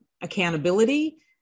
accountability